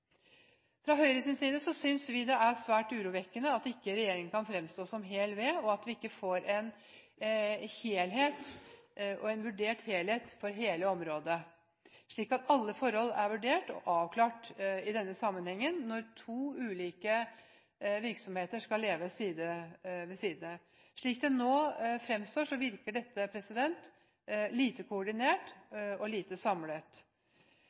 Fra Høyres side synes vi det er svært urovekkende at ikke regjeringen kan fremstå som hel ved, og at vi ikke får en helhetlig vurdering av hele området, slik at alle forhold er avklart i denne sammenhengen når to ulike virksomheter skal leve side ved side. Slik det nå fremstår, virker dette lite koordinert og lite samlet.